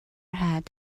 had